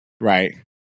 right